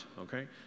okay